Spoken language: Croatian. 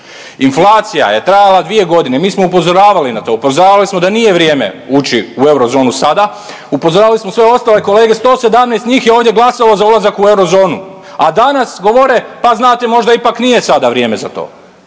Inflacija je trajala 2 godine, mi smo upozoravali na to, upozoravali smo da nije vrijeme ući u eurozonu sada. Upozoravali smo sve ostale kolege. 117 njih je ovdje glasalo za ulazak u eurozonu, a danas govore pa znate možda ipak nije sada vrijeme za to,